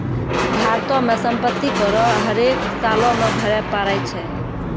भारतो मे सम्पति कर हरेक सालो मे भरे पड़ै छै